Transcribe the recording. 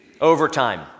Overtime